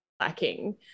lacking